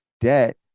debt